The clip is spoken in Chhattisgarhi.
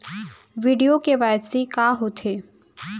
वीडियो के.वाई.सी का होथे